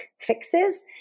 fixes